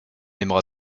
aimera